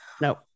no